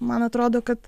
man atrodo kad